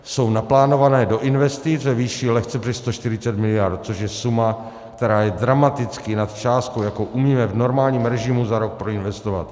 Jsou naplánované do investic ve výši lehce přes 140 mld., což je suma, která je dramaticky nad částkou, jakou umíme v normálním režimu za rok proinvestovat.